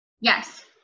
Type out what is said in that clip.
Yes